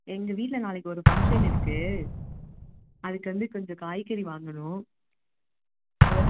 எங்கள் வீட்டில் நாளைக்கி ஒரு ஃபங்க்ஷன் இருக்கு அதுக்கு வந்து கொஞ்சம் காய்கறி வாங்கணும் அதை